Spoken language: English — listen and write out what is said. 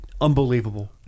unbelievable